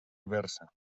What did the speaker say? diversa